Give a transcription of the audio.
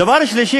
דבר שלישי,